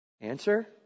Answer